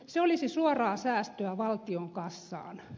se olisi suoraa säästöä valtion kassaan